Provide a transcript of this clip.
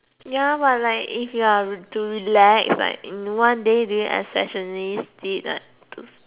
ya but like if you are to relax like in one day do you especially see like